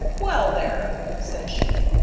well, there! said she,